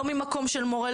לא ממקום של מורה,